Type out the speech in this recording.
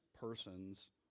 persons